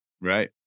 Right